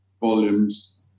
volumes